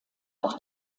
auch